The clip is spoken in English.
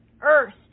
earth